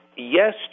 Yes